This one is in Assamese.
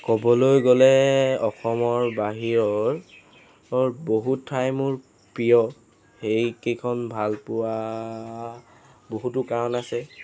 ক'বলৈ গ'লে অসমৰ বাহিৰৰ বহুত ঠাই মোৰ প্ৰিয় সেইকেইখন ভাল পোৱা বহুতো কাৰণ আছে